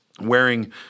Wearing